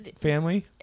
family